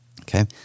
Okay